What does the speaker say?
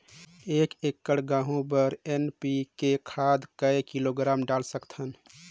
एक एकड़ गहूं बर एन.पी.के खाद काय किलोग्राम डाल सकथन?